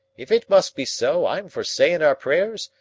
if it must be so, i'm for sayin' our prayers,